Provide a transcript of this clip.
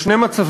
יש שני מצבים: